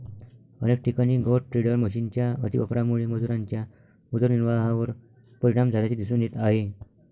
अनेक ठिकाणी गवत टेडर मशिनच्या अतिवापरामुळे मजुरांच्या उदरनिर्वाहावर परिणाम झाल्याचे दिसून येत आहे